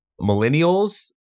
millennials